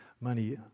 money